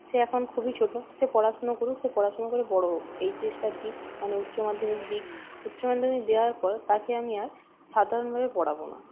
সে এখন খুবই ছোটো সে পড়াশুনো করুক সে পড়াশুনো করে বড়ো হোক এইচ এসটা দিক মানে উচ্চ মাধ্যমিক দিক উচ্চ মাধ্যমিক দেয়ার পর তাকে আমি আর সাধারণভাবে পড়াবো না